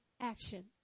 action